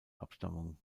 abstammung